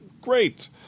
great